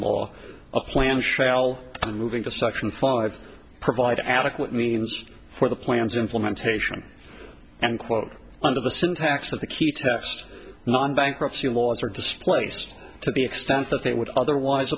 law a plan shall move into section five provide adequate means for the plans implementation and quote under the syntax of the key test one bankruptcy laws are displaced to the extent that they would otherwise